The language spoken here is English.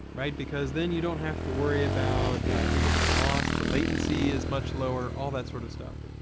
right? because then you don't have to worry about people getting lost. the latency is much lower. all that sort of stuff.